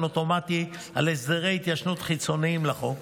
אוטומטי על הסדרי התיישנות חיצוניים לחוק,